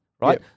right